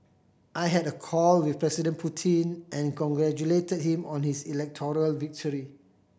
I had a call with President Putin and congratulated him on his electoral victory